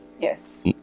Yes